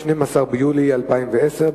12 ביולי 2010,